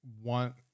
want